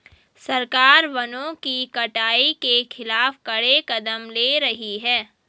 सरकार वनों की कटाई के खिलाफ कड़े कदम ले रही है